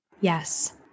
Yes